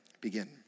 begin